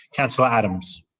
councillor adams.